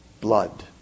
blood